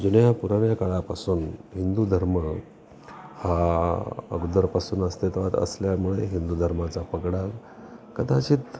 जुन्या पुराण्या काळापासून हिंदू धर्म हा अगोदरपासून अस्तित्वात असल्यामुळे हिंदू धर्माचा पगडा कदाचित